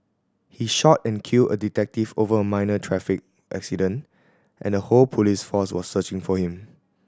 he shot and killed a detective over a minor traffic accident and the whole police force was searching for him